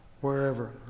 wherever